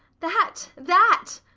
that, that!